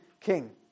king